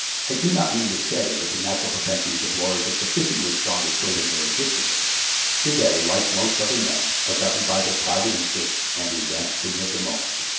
i do not mean to say that the natural propensities of lawyers are sufficiently strong to sway them irresistibly for they, like most other men, are governed by their private interests and the advantages of the moment.